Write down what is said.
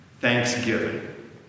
thanksgiving